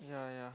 yeah yeah